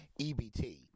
EBT